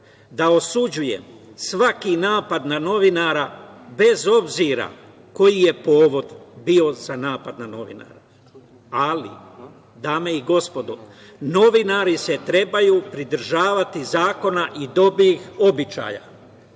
da osuđujem svaki napad na novinara, bez obzira koji je povod bio za napad na novinara, ali, dame i gospodo, novinari se trebaju pridržavati zakona i dobrih običaja.